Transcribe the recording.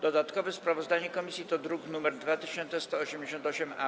Dodatkowe sprawozdanie komisji to druk nr 2188-A.